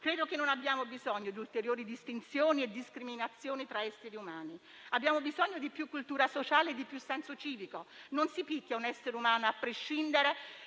Credo che non abbiamo bisogno di ulteriori distinzioni e discriminazioni tra esseri umani; abbiamo bisogno di più cultura sociale e di più senso civico: non si picchia un essere umano a prescindere